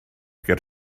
ger